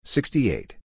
Sixty-eight